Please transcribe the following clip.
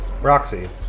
Roxy